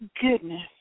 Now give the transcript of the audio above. goodness